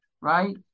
right